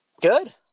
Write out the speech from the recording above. good